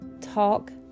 Talk